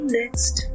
next